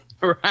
Right